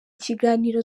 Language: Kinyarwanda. kiganiro